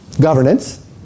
governance